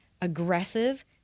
aggressive